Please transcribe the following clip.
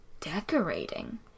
decorating